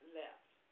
left